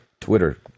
Twitter